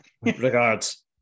regards